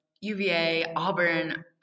UVA-Auburn